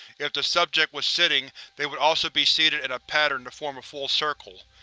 if the subject was sitting they would also be seated in a pattern to form a full circle,